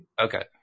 Okay